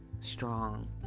strong